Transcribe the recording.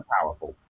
powerful